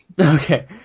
Okay